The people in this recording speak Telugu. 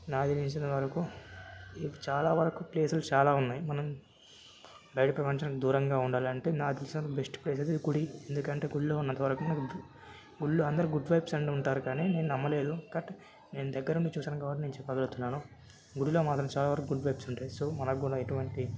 నాకు తెలిసిన వరకు ఇఫ్ చాలా వరకు ప్లేస్లు చాలా ఉన్నాయి మనం బయట ప్రపంచానికి దూరంగా ఉండాలంటే నాకు తెలిసినంతవరకు బెస్ట్ ప్లేసైతే గుడి ఎందుకంటే గుడ్లో ఉన్నంతవరకు మనకు గుడిలో అందరికీ గుడ్ వైబ్స్ అంటుంటారు కానీ నేను నమ్మలేదు బట్ నేను దగ్గరుండి చూశాను కాబట్టి నేను చెప్పగలుగుతున్నాను గుడిలో మాత్రం చాలా వరకు గుడ్ వైబ్స్ ఉంటాయి సో మనక్కూడా ఎటువంటి